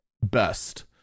best